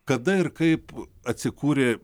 kada ir kaip atsikūrė